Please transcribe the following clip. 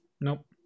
Nope